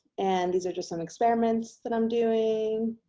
and these are just some experiments that i'm doing.